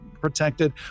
protected